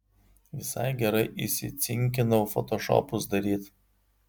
visai gerai įsicinkinau fotošopus daryt